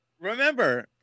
Remember